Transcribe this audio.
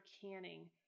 canning